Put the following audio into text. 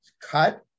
cut